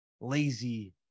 lazy